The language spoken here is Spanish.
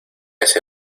ese